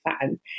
fan